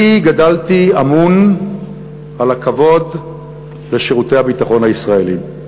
אני גדלתי אמון על הכבוד לשירותי הביטחון הישראליים.